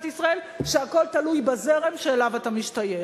ישראל כשהכול תלוי בזרם שאליו אתה משתייך.